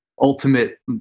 ultimate